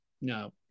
no